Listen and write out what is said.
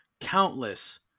countless